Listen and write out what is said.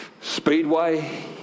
speedway